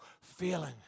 feeling